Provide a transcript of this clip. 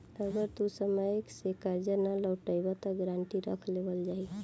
अगर तू समय से कर्जा ना लौटइबऽ त गारंटी रख लेवल जाई